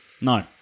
No